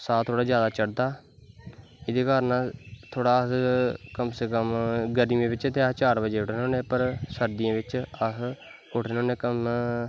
साह् थोह्ड़ा जादा चढ़दा एह्दे कारन अस थोह्ड़ा अस कम से कम गर्मियैं बिच्च चार बड़े उट्ठनें होने पर सर्दियैं बिच्च अस उठनें होने कम